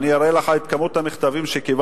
אני אראה לך את כמות המכתבים שקיבלתי,